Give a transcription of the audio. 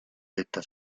detta